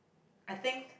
I think